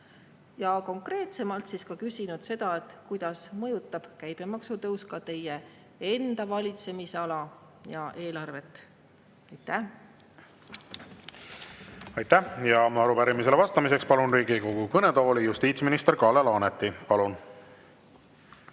Ja konkreetsemalt küsin seda, kuidas mõjutab käibemaksutõus tema enda valitsemisala ja eelarvet. Aitäh! Aitäh! Arupärimisele vastamiseks palun Riigikogu kõnetooli justiitsminister Kalle Laaneti. Palun!